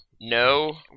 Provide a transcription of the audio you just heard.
no